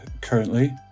currently